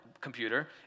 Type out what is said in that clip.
computer